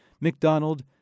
McDonald